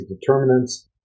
determinants